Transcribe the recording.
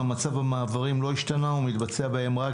המצב במעברים לא השתנה ומתבצע בהם רק